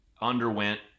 underwent